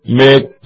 make